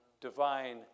divine